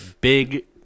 Big